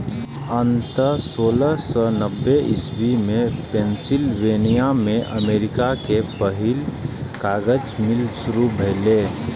अंततः सोलह सय नब्बे इस्वी मे पेंसिलवेनिया मे अमेरिका के पहिल कागज मिल शुरू भेलै